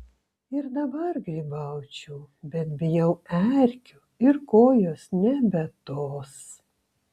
ir dabar grybaučiau bet bijau erkių ir kojos nebe tos